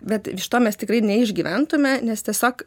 bet iš to mes tikrai neišgyventume nes tiesiog